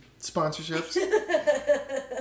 sponsorships